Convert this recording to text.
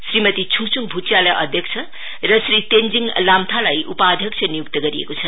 श्रीमती छुङ्छ्छ भूटियालाई अध्यक्ष र श्री तेन्जीङ लाम्टालाई उपाध्यक्ष नियुक्त गरिएको छ